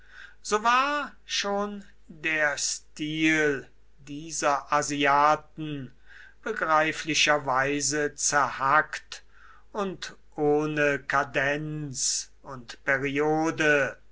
so war schon der stil dieser asiaten begreiflicherweise zerhackt und ohne kadenz und periode